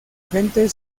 gente